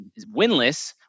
winless